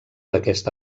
d’aquest